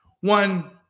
one